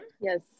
Yes